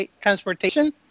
Transportation